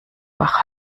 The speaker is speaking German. wach